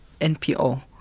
npo